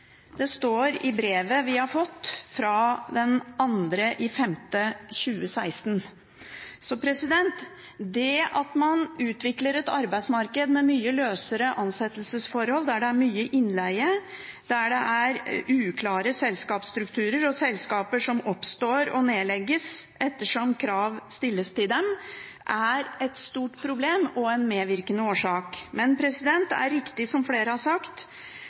Det står i brevet vi har fått 2. mai 2016. Det at man utvikler et arbeidsmarked med mye løsere ansettelsesforhold, der det er mye innleie, der det er uklare selskapsstrukturer og selskaper som oppstår og nedlegges etter som krav stilles til dem, er et stort problem og en medvirkende årsak. Men det er riktig, som flere har sagt,